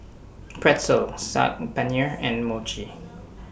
Pretzel Saag Paneer and Mochi